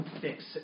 fix